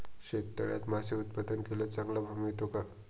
शेततळ्यात मासे उत्पादन केल्यास चांगला भाव मिळतो का?